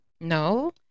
No